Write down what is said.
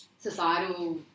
societal